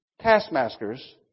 taskmasters